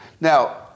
Now